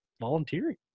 volunteering